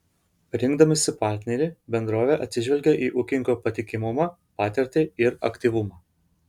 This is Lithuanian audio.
rinkdamasi partnerį bendrovė atsižvelgia į ūkininko patikimumą patirtį ir aktyvumą